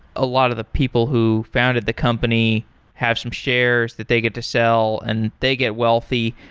a lot of the people who founded the company have some shares that they get to sell and they get wealthy.